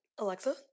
Alexa